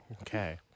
Okay